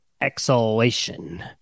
exhalation